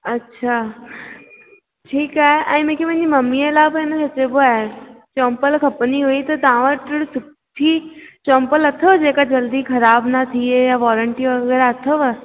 अच्छा ठीकु आहे ऐं मूंखे मुंहिंजी मम्मीअ लाइ बि खइबो आहे चॉम्पल खपंदी हुई त तव्हां वटि सुठी चॉम्पल अथव जेका जल्दी ख़राब न थिए या वॉरेंटी वग़ैरह अथव